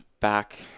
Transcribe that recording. back